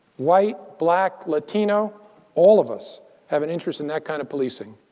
white, black, latino all of us have an interest in that kind of policing.